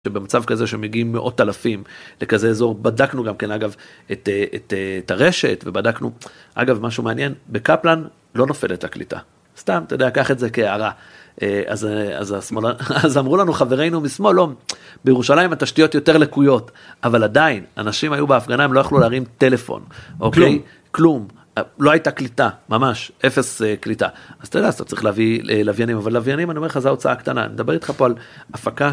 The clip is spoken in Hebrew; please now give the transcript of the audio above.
שבמצב כזה שמגיעים מאות אלפים לכזה אזור, בדקנו גם כן אגב את הרשת ובדקנו אגב משהו מעניין, בקפלן לא נופלת הקליטה, סתם אתה יודע, קח את זה כהערה. אז אמרו לנו חברינו, משמאל, לא. בירושלים התשתיות יותר לקויות, אבל עדיין אנשים היו בהפגנה, הם לא יכלו להרים טלפון, כלום, לא הייתה קליטה, ממש, אפס קליטה, אז אתה יודע, אתה צריך להביא לוויינים, אבל לוויינים אני אומר לך זו ההוצאה קטנה, אני אדבר איתך פה על הפקה.